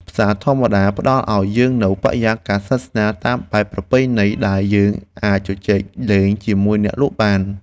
ផ្សារធម្មតាផ្តល់ឱ្យយើងនូវបរិយាកាសស្និទ្ធស្នាលតាមបែបប្រពៃណីដែលយើងអាចជជែកលេងជាមួយអ្នកលក់បាន។